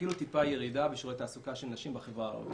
ואפילו טיפה ירידה בשיעור התעסוקה של נשים בחברה הערבית.